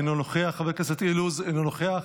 אינו נוכח,